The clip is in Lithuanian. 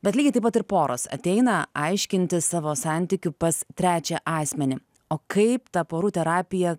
bet lygiai taip pat ir poros ateina aiškintis savo santykių pas trečią asmenį o kaip ta porų terapija